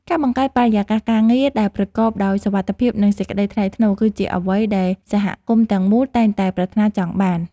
ការបង្កើតបរិយាកាសការងារដែលប្រកបដោយសុវត្ថិភាពនិងសេចក្ដីថ្លៃថ្នូរគឺជាអ្វីដែលសហគមន៍ទាំងមូលតែងតែប្រាថ្នាចង់បាន។